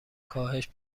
کاهش